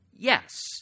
Yes